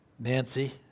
Nancy